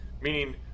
meaning